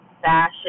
fashion